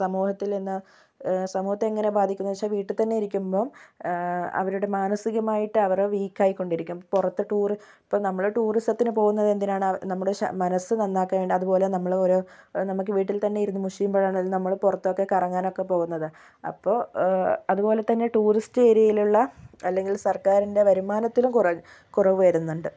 സമൂഹത്തിൽ ഇന്ന് സമൂഹത്തെ എങ്ങനെ ബാധിക്കുന്നു എന്ന് വെച്ചാൽ വീട്ടിൽത്തന്നെ ഇരിക്കുമ്പം അവരുടെ മാനസികമായിട്ട് അവർ വീക്കായികൊണ്ടിരിക്കും പുറത്ത് ടൂർ ഇപ്പോൾ നമ്മൾ ടൂറിസത്തിന് പോകുന്നതെന്തിനാണ് നമ്മുടെ ശ മനസ്സ് നന്നാക്കാനും അതുപോലെ നമ്മളോരോ നമുക്ക് വീട്ടിൽതന്നെ ഇരുന്ന് മുഷിയുമ്പോളാണ് നമ്മൾ പുറത്തൊക്കെ കറങ്ങാനൊക്കെ പോകുന്നത് അപ്പോൾ അതുപോലെത്തന്നെ ടൂറിസ്റ്റ് എരിയയിലുള്ള അല്ലെങ്കിൽ സർക്കാരിൻ്റെ വരുമാനത്തിലും കുറയും കുറവ് വരുന്നുണ്ട്